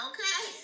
Okay